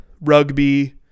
rugby